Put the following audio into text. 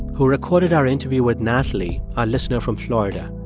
who recorded our interview with natalie, our listener from florida.